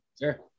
Sure